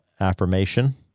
affirmation